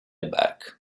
berck